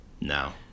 No